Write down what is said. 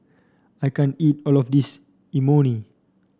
I can't eat all of this Imoni